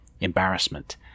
embarrassment